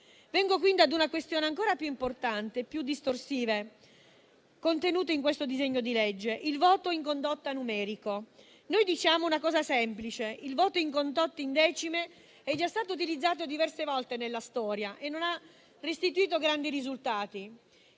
Vengo quindi ad una questione ancora più importante e più distorsiva contenuta in questo disegno di legge: il voto numerico in condotta. Noi diciamo una cosa semplice: il voto in condotta in decimi è già stato utilizzato diverse volte nella storia e non ha restituito grandi risultati;